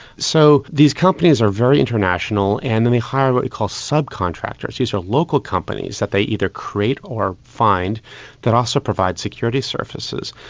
so, these companies are very international and then they hire what we call subcontractors. these are local companies that they either create or find that also provide security security services.